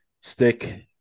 Stick